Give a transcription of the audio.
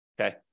okay